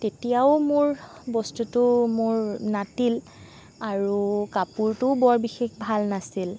তেতিয়াও মোৰ বস্তুটো মোৰ নাটিল আৰু কাপোৰটোও বৰ বিশেষ ভাল নাছিল